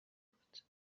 بود